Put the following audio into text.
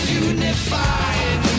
unified